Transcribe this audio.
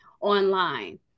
online